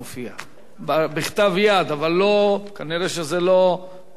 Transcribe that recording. זה בכתב יד וכנראה זה לא מופיע במחשב.